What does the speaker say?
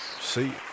See